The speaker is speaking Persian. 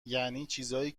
یعنی، چیزایی